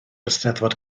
eisteddfod